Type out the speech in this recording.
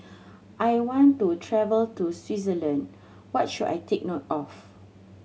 I want to travel to Switzerland what should I take note of